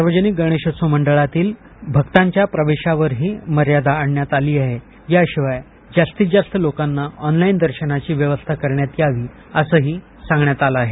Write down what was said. सार्वजनिक गणेश मंडळातील भक्तांच्या प्रवेशावरही मर्यादा आणण्यात आली आहे याशिवाय जास्तीत जास्त लोकांना ऑनलाईन दर्शनाची स्विधा उपलब्ध करण्यात यावी असंही सांगण्यात आलं आहे